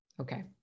Okay